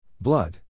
Blood